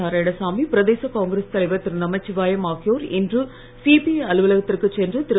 நாராயணசாமி பிரதேச புதுவையில் காங்கிரஸ் தலைவர் திரு நமச்சிவாயம் ஆகியோர் இன்று சிபிஐ அலுவலகத்திற்குச் சென்று திரு